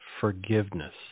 forgiveness